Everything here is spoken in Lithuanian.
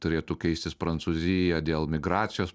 turėtų keistis prancūzija dėl migracijos